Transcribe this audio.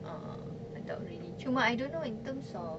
uh adult already cuma I don't know in terms of